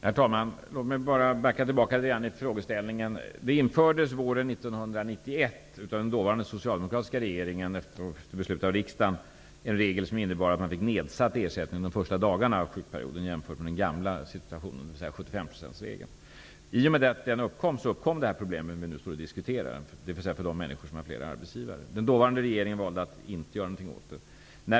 Herr talman! Låt mig backa tillbaka litet grand i frågeställningen. Den dåvarande socialdemokratiska regeringen införde våren 1991, efter beslut av riksdagen, en regel som innebar att man fick nedsatt ersättning under de första dagarna av sjukperioden jämfört med den gamla situationen, dvs. 75 %-regeln. I och med detta uppkom de problem som vi nu står och diskuterar för människor med flera arbetsgivare. Den dåvarande regeringen valde att inte göra något åt det.